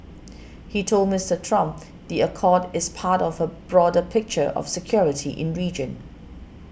he told Mister Trump the accord is part of a broader picture of security in region